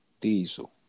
Diesel